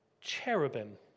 cherubim